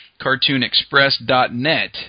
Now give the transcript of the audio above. CartoonExpress.net